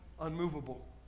unmovable